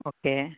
okay